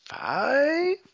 five